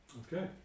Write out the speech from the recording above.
Okay